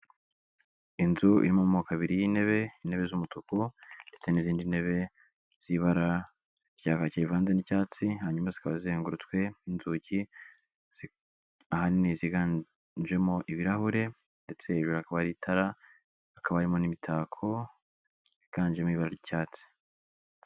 Inzu iri mu moko abiri y'intebe, intebe z'umutuku ndetse, n'izindi ntebe z'ibara rya kaki rivanze n'icyatsi, hanyuma zikaba zizengurutswe n'inzugi ahanini ziganjemo ibirahure, ndetse imbere y'ibirahure hakaba hari itara, hakaba harimo n'imitako yiganjemo ibara ry'icyatsi.